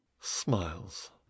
smiles